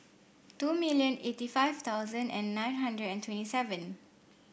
two million eighty five thousand and nine hundred and twenty seven